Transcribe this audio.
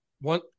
one